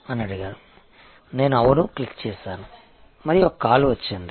అని అడిగారు నేను అవును క్లిక్ చేసాను మరియు ఒక కాల్ వచ్చింది